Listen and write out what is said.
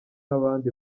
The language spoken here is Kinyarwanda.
abandi